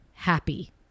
happy